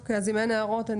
אם אין הערות,